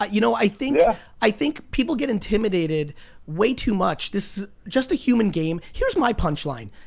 ah you know i think yeah i think people get intimidated way too much. this is just a human game. here's my punchline,